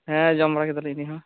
ᱦᱮᱸ ᱡᱚᱢ ᱵᱟᱲᱟ ᱠᱮᱫᱟᱞᱤᱝ ᱟᱞᱤᱝ ᱦᱚᱸ